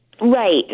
Right